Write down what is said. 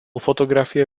fotografie